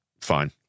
fine